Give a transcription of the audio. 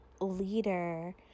leader